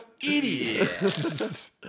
idiots